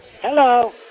Hello